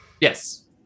Yes